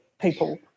people